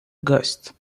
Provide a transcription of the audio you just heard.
ghost